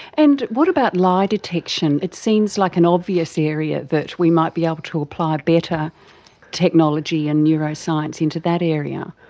and what about lie detection? it seems like an obvious area that we might be able to apply better technology and neuroscience into that area.